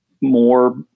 more